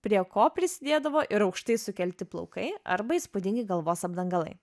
prie ko prisidėdavo ir aukštai sukelti plaukai arba įspūdingi galvos apdangalai